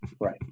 Right